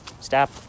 stop